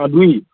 অঁ দুই